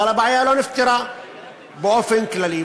אבל הבעיה לא נפתרה באופן כללי.